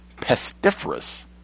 pestiferous